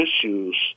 issues